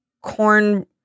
corn